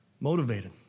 motivated